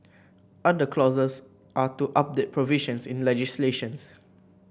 other clauses are to update provisions in legislations